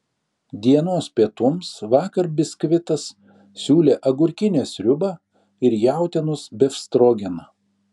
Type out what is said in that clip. dienos pietums vakar biskvitas siūlė agurkinę sriubą ir jautienos befstrogeną